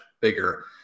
bigger